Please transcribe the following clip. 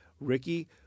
Ricky